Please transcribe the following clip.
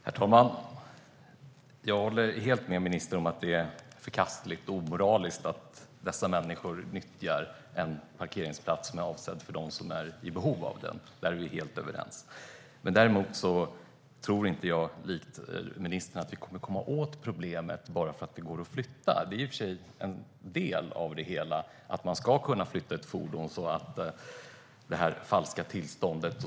Herr talman! Jag håller helt med ministern om att det är förkastligt och omoraliskt att dessa människor nyttjar en parkeringsplats som är avsedd för dem som är i behov av den. Där är vi helt överens. Däremot tror inte jag likt ministern att vi kommer att komma åt problemet bara för att det går att flytta fordonet. Det är i och för sig en del av det hela att man ska kunna flytta ett fordon som har ett falskt tillstånd.